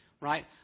Right